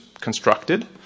constructed